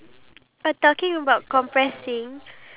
oh my god that's so mean